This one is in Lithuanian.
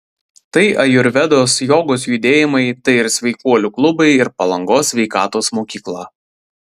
tai ajurvedos jogos judėjimai tai ir sveikuolių klubai ir palangos sveikatos mokykla